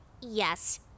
Yes